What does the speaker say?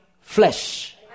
flesh